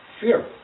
Fear